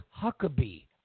Huckabee